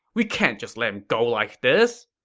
we can't just let him go like this!